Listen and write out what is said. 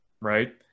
right